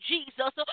Jesus